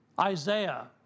Isaiah